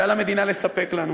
שעל המדינה לספק לנו